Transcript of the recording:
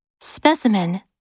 Specimen